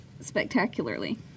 spectacularly